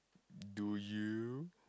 do you